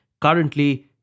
currently